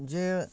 जे